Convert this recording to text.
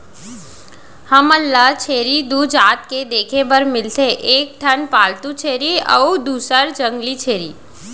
हमन ल छेरी दू जात के देखे बर मिलथे एक ठन पालतू छेरी अउ दूसर जंगली छेरी